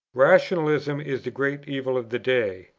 rationalism is the great evil of the day.